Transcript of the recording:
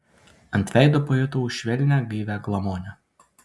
ant veido pajutau švelnią gaivią glamonę